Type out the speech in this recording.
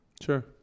Sure